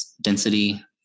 density